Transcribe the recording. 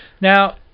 Now